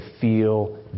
feel